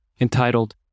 entitled